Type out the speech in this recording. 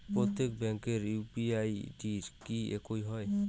প্রত্যেক ব্যাংকের UPI ID কি একই হয়?